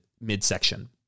midsection